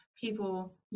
people